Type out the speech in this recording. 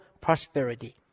prosperity